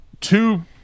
two